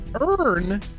Earn